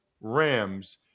Rams